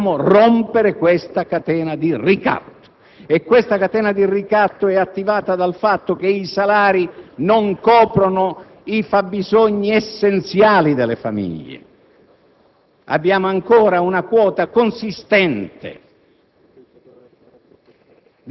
delle malattie professionali e delle condizioni di insicurezza. Dobbiamo rompere questa catena di ricatto, la quale è attivata dal fatto che i salari non coprono i fabbisogni essenziali delle famiglie,